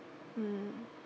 mm